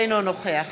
אינו נוכח